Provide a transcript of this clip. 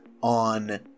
on